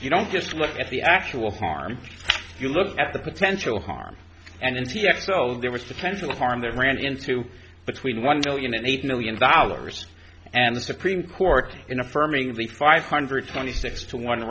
you don't just look at the actual harm you look at the potential harm and in p s o there was potential harm that ran into between one million and eight million dollars and the supreme court in affirming the five hundred twenty six to one